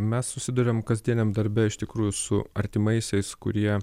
mes susiduriam kasdieniam darbe iš tikrųjų su artimaisiais kurie